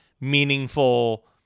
meaningful